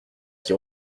qui